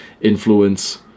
Influence